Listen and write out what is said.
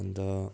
अन्त